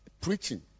preaching